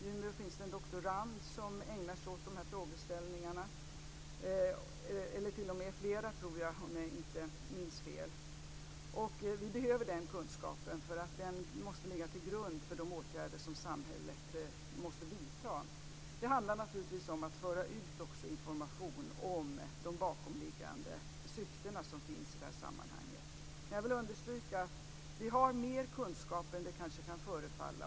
I Umeå finns det en doktorand - eller om jag inte minns fel t.o.m. flera doktorander - som ägnar sig åt de här frågeställningarna. Vi behöver sådan här kunskap, eftersom den måste ligga till grund för de åtgärder som samhället måste vidta. Det handlar naturligtvis också om att föra ut information om de bakomliggande syften som finns i det här sammanhanget. Jag vill understryka att vi har mer kunskap än det kanske kan förefalla.